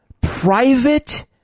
private